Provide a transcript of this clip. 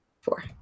four